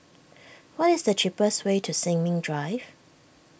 what is the cheapest way to Sin Ming Drive